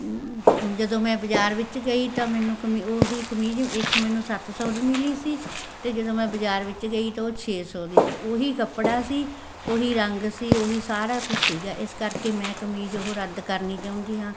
ਜਦੋਂ ਮੈਂ ਬਾਜ਼ਾਰ ਵਿੱਚ ਗਈ ਤਾਂ ਮੈਨੂੰ ਕਮ ਉਹੀ ਕਮੀਜ਼ ਇੱਥੋਂ ਮੈਨੂੰ ਸੱਤ ਸੌ ਦੀ ਮਿਲੀ ਸੀ ਅਤੇ ਜਦੋਂ ਮੈਂ ਬਾਜ਼ਾਰ ਵਿੱਚ ਗਈ ਤਾਂ ਉਹ ਛੇ ਸੌ ਦੀ ਸੀ ਉਹੀ ਕੱਪੜਾ ਸੀ ਉਹੀ ਰੰਗ ਸੀ ਉਹੀ ਸਾਰਾ ਕੁਝ ਸੀਗਾ ਇਸ ਕਰਕੇ ਮੈਂ ਕਮੀਜ਼ ਉਹ ਰੱਦ ਕਰਨੀ ਚਾਹੁੰਦੀ ਹਾਂ